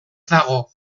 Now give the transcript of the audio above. dago